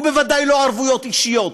ובוודאי לא בלי ערבויות אישיות,